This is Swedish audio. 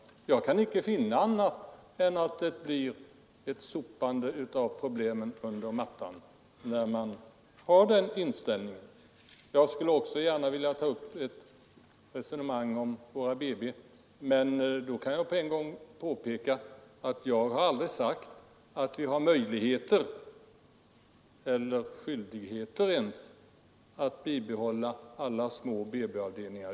Jag kan inte finna att detta är något annat än att man sopar problemen under mattan. Jag skulle också gärna vilja ta upp ett resonemang med herr Karlsson om BB-avdelningarna, och jag kan då påpeka, att jag aldrig har sagt att vi har möjligheter eller ens skyldigheter att bibehålla alla små BB-avdelningar.